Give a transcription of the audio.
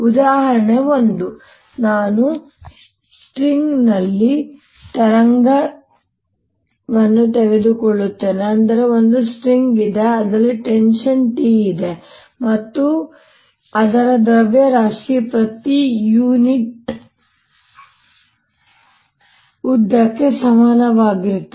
ಉದಾಹರಣೆಗೆ 1 ನಾನು ಸ್ಟ್ರಿಂಗ್ ನಲ್ಲಿ ತರಂಗವನ್ನು ತೆಗೆದುಕೊಳ್ಳುತ್ತೇನೆ ಅಂದರೆ ಒಂದು ಸ್ಟ್ರಿಂಗ್ ಇದೆ ಅದರಲ್ಲಿ ಟೆನ್ಷನ್ T ಇದೆ ಮತ್ತು ಅದರ ದ್ರವ್ಯರಾಶಿ ಪ್ರತಿ ಯೂನಿಟ್ ಉದ್ದಕ್ಕೆ ಸಮಾನವಾಗಿರುತ್ತದೆ